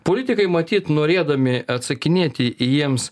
politikai matyt norėdami atsakinėti į jiems